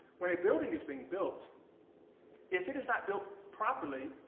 when a building is being built if it is not built properly,